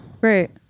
Right